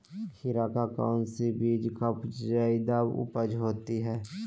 खीरा का कौन सी बीज का जयादा उपज होती है?